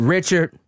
Richard